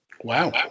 Wow